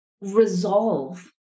resolve